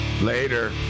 Later